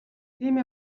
тийм